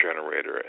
generator